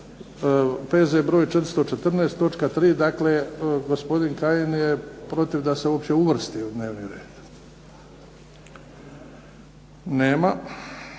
414, točka 3, dakle gospodin Kajin je protiv da se uopće uvrsti u dnevni red? Nema.